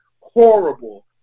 horrible